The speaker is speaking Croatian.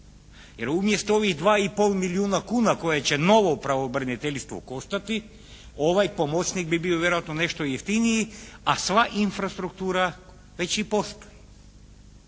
jer umjesto ovih 2 i pol milijuna kuna koje će novo pravobraniteljstvo koštati ovaj pomoćnik bi bio vjerojatno nešto i jeftiniji, a sva infrastruktura već i postoji.